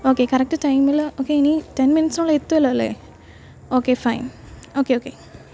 okay correct ടൈമില് okay ഇനി ten മിനിറ്റ്സിനുള്ളില് എത്തുവല്ലോ അല്ലേ ഓക്കെ ഫൈന് ഓക്കെ ഓക്കെ